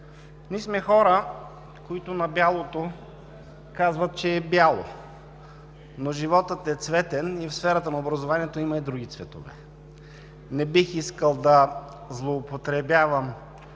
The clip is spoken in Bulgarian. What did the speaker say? Ние сме хора, които на бялото казват, че е бяло, но животът е цветен, и в сферата на образованието има и други цветове. Не бих искал да злоупотребявам